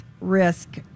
risk